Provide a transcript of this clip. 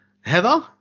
Heather